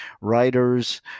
writers